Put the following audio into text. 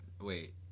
Wait